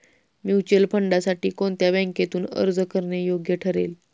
Mutual फंडांसाठी कोणत्या बँकेतून अर्ज करणे योग्य ठरेल?